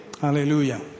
Hallelujah